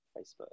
Facebook